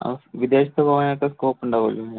ആ വിദേശത്ത് പോകാൻ ആയിട്ട് സ്കോപ്പ് ഉണ്ടാകും അല്ലോ അല്ലേ